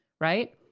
right